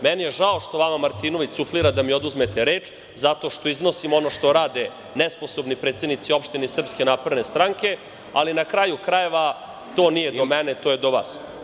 Meni je žao što vama Martinović suflira da mi oduzmete reč zato što iznosim ono što rade nesposobni predsednici opština iz SNS, ali na kraju krajeva, to nije do mene, to je do vas.